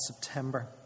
September